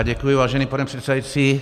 Děkuji, vážený pane předsedající.